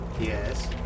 Yes